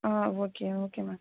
ஆ okay ஓகேம்மா